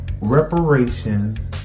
reparations